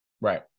Right